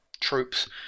troops